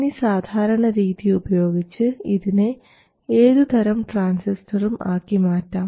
ഇനി സാധാരണ രീതി ഉപയോഗിച്ച് ഇതിനെ ഏതുതരം ട്രാൻസിസ്റ്ററും ആക്കി മാറ്റാം